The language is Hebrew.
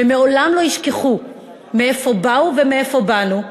ולעולם לא ישכחו מאיפה באו ומאיפה באנו,